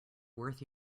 worth